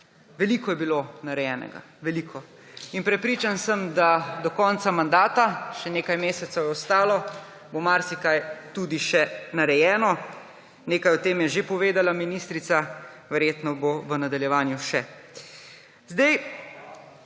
Veliko je bilo narejenega, veliko. In prepričan sem, da do konca mandata, še nekaj mesecev je ostalo, bo marsikaj tudi še narejeno. Nekaj o tem je že povedala ministrica, verjetno bo v nadaljevanju še.